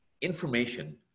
information